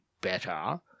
better